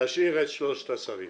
נשאיר את שלושת השרים,